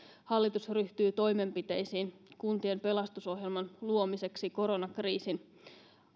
hallitus ryhtyy toimenpiteisiin kuntien pelastusohjelman luomiseksi koronakriisin